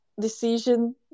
decision